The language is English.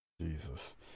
Jesus